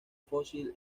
fósil